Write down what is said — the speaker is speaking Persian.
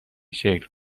شکل